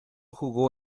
jugó